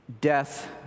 Death